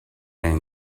این